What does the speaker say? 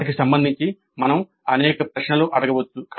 వాటికి సంబంధించి మనం అనేక ప్రశ్నలు అడగవచ్చు